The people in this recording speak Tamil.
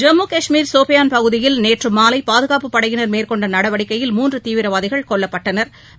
ஜம்மு காஷ்மீர் சோபியான் பகுதியில் நேற்று மாலை பாதுகாப்பு படையினர் மேற்கொண்ட நடவடிக்கையில் மூன்று தீவிரவாதிகள் கொல்லப்பட்டனா்